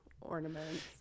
ornaments